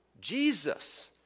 Jesus